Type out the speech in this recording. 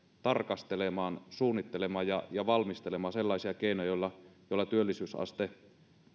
tarkastelemaan suunnittelemaan ja valmistelemaan sellaisia keinoja joilla työllisyysaste